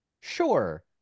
Sure